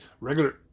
Regular